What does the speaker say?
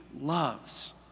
loves